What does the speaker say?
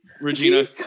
Regina